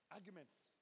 Arguments